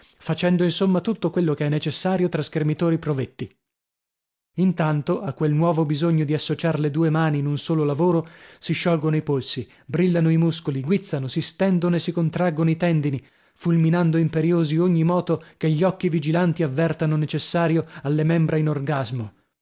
facendo insomma tutto quello che è necessario tra schermitori provetti intanto a quel nuovo bisogno di associar le due mani in un solo lavoro si sciolgono i polsi brillano i muscoli guizzano si stendono e si contraggono i tendini fulminando imperiosi ogni moto che gli occhi vigilanti avvertano necessario alle membra in orgasmo